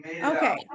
Okay